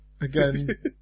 Again